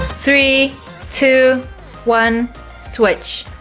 three two one switch